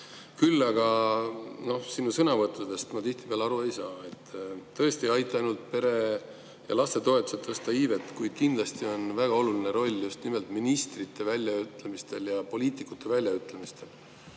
Küll aga sinu sõnavõttudest ma tihtipeale aru ei saa. Tõesti ei aita ainult pere‑ ja lastetoetused tõsta iivet, kuid kindlasti on väga oluline roll just nimelt ministrite väljaütlemistel ja poliitikute väljaütlemistel.